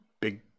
big